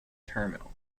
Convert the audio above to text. terminal